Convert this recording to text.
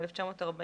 1940,